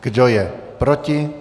Kdo je proti?